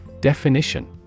Definition